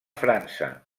frança